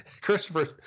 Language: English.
Christopher